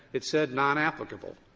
it said nonapplicable.